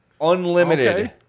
Unlimited